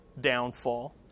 downfall